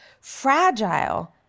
Fragile